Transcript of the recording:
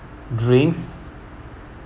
drinks